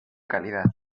calidad